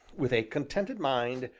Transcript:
with a contented mind,